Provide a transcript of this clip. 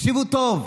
תקשיבו טוב: